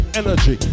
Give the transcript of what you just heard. energy